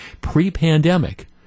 pre-pandemic